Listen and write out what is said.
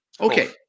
Okay